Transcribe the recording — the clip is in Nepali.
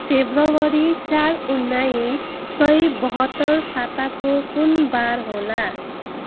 फेब्रुअरी चार उन्नाइस सय बहत्तर साताको कुन वार होला